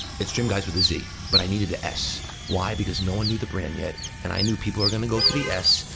it's gymguyz with a z but i needed a s, why? because no one knew the brand yet, and i knew people are gonna go to the s,